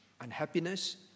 unhappiness